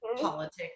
politics